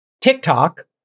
TikTok